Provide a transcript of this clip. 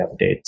updates